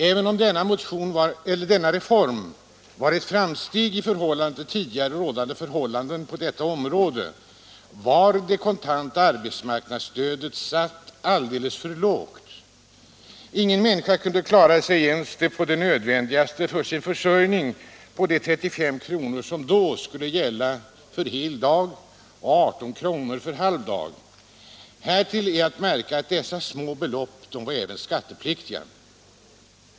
Även om denna reform var ett framsteg i förhållande till tidigare rådande förhållanden på detta område, var det kontanta arbetsmarknadsstödet satt alldeles för lågt. Ingen människa kunde klara ens det nödvändigaste av sin försörjning på de 35 kr. som då skulle gälla för hel dag och 18 kr. för halv dag. Härtill är att märka att dessa små belopp även var skattepliktiga.